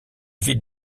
ville